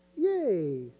Yay